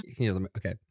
Okay